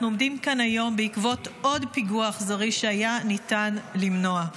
אנחנו עומדים כאן היום בעקבות עוד פיגוע אכזרי שהיה ניתן למנוע,